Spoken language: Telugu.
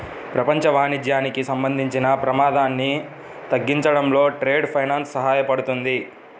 ప్రపంచ వాణిజ్యానికి సంబంధించిన ప్రమాదాన్ని తగ్గించడంలో ట్రేడ్ ఫైనాన్స్ సహాయపడుతుంది